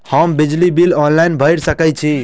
हम बिजली bill online भैर सकै छी?